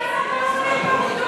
למה אתם לא מביאים את העובדות?